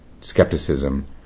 skepticism